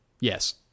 Yes